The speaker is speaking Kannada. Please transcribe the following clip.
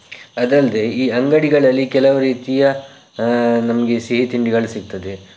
ಅದಲ್ಲದೆ ಈ ಅಂಗಡಿಗಳಲ್ಲಿ ಕೆಲವು ರೀತಿಯ ನಮಗೆ ಸಿಹಿತಿಂಡಿಗಳು ಸಿಗ್ತದೆ